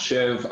מחשב,